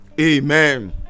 Amen